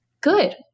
Good